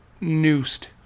noosed